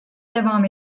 devam